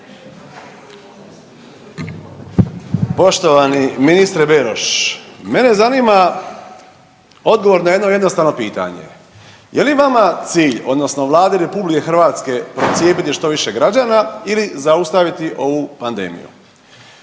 Poštovani ministre Beroš, mene zanima odgovor na jedno jednostavno pitanje, je li vama cilj odnosno Vladi RH procijepiti što više građana ili zaustaviti ovu pandemiju?